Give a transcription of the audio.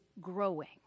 growing